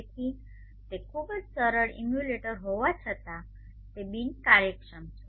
તેથી તે ખૂબ જ સરળ ઇમ્યુલેટર હોવા છતાં તે બિનકાર્યક્ષમ છે